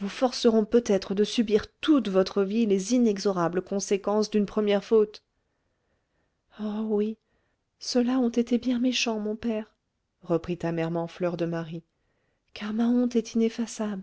vous forceront peut-être de subir toute votre vie les inexorables conséquences d'une première faute oh oui ceux-là ont été bien méchants mon père reprit amèrement fleur de marie car ma honte est ineffaçable